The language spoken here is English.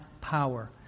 power